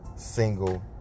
single